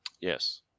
Yes